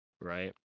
right